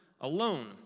alone